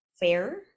fair